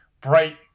bright